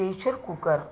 pressure cooker